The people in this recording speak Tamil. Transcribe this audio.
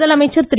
முதலமைச்சர் திரு